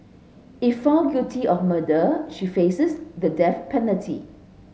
if found guilty of murder she faces the death penalty